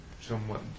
Somewhat